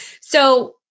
So-